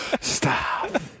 Stop